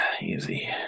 Easy